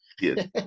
Yes